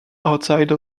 outside